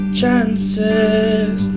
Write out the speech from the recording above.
chances